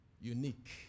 unique